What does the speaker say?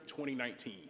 2019